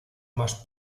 más